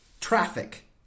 traffic